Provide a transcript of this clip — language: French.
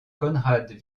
konrad